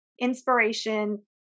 inspiration